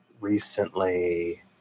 recently